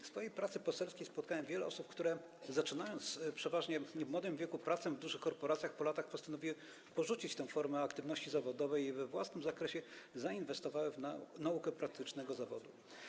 W swojej pracy poselskiej spotkałem wiele osób, które zaczynały, przeważnie w młodym wieku, pracę w dużych korporacjach, a po latach postanowiły porzucić tę formę aktywności zawodowej i we własnym zakresie zainwestowały w naukę praktycznego zawodu.